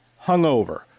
Hungover